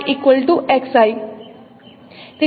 તેથી PXi xi છે